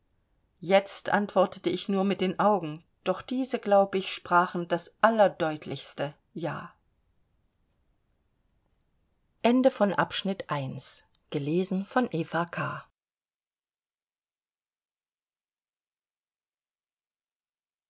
jetzt antwortete ich nur mit den augen doch diese glaub ich sprachen das allerdeutlichste ja